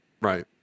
Right